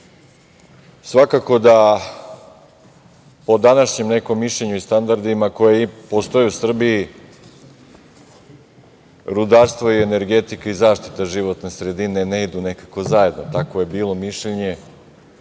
svakako da po današnjem nekom mišljenju i standardima koji postoje u Srbiji rudarstvo i energetika i zaštita životne sredine ne idu nekako zajedno. Tako je bilo mišljenje,